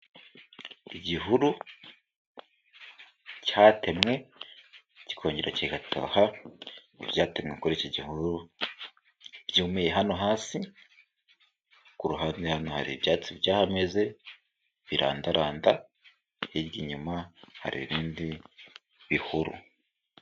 Igihuru cyatemwe kikongera kigatoha, ibyatewe kuri iki gihuru byumiye hano hasi, ku ruhande hano hari ibyatsi byahameze birandaranda hirya inyuma hari ibindi bihuru.